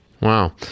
Wow